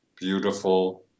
beautiful